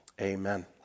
Amen